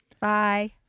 Bye